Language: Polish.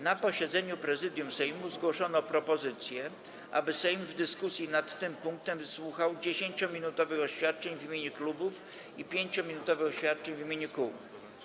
Na posiedzeniu Prezydium Sejmu zgłoszono propozycję, aby Sejm w dyskusji nad tym punktem wysłuchał 10-minutowych oświadczeń w imieniu klubów i 5-minutowych oświadczeń w imieniu kół.